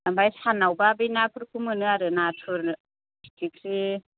ओमफ्राय सानावबा बे नाफोरखौ मोनो आरो नाथुर फिथिख्रि